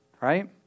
right